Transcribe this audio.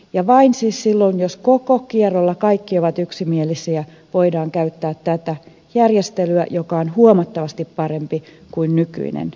ja vain siis silloin jos koko kierrolla kaikki ovat yksimielisiä voidaan käyttää tätä järjestelyä joka on huomattavasti parempi kuin nykyinen järjestelmä